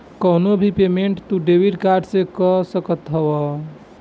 कवनो भी पेमेंट तू डेबिट कार्ड से कअ सकत हवअ